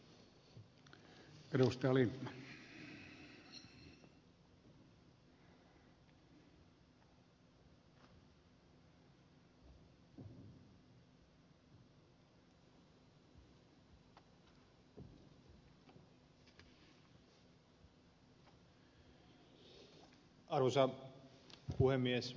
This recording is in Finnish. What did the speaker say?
arvoisa puhemies